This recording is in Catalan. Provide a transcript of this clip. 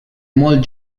molt